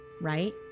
right